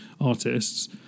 artists